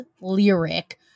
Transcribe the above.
lyric